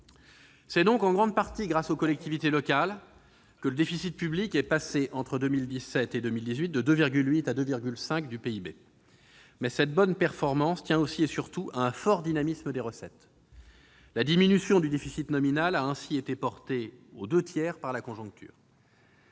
C'est donc en grande partie grâce aux collectivités locales que le déficit public est passé, entre 2017 et 2018, de 2,8 % à 2,5 % du PIB. Mais cette bonne performance tient aussi et surtout à un fort dynamisme des recettes. La diminution du déficit nominal a ainsi été portée aux deux tiers par la conjoncture.